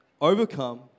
Overcome